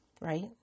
right